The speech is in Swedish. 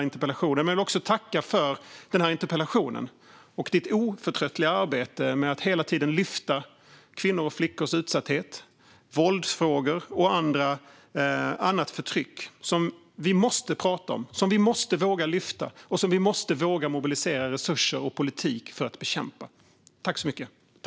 Jag vill också tacka för interpellationen och för hennes oförtröttliga arbete med att hela tiden lyfta upp flickors och kvinnors utsatthet, våldsfrågor och annat förtryck. Vi måste våga lyfta upp detta, prata om det och mobilisera resurser och politik för att bekämpa det.